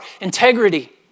integrity